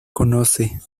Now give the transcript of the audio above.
conoce